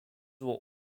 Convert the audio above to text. were